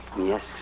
Yes